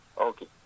Okay